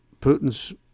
Putin's